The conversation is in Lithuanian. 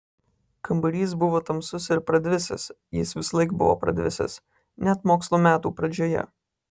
kambarys buvo tamsus ir pradvisęs jis visąlaik buvo pradvisęs net mokslo metų pradžioje